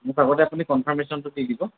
মোক আগতে আপুনি কনফাৰ্মেশ্যনটো দি দিব